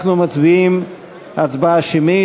אנחנו מצביעים הצבעה שמית.